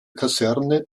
kaserne